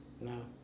No